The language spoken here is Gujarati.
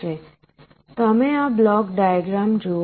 તમે આ બ્લોક ડાયાગ્રામ જુઓ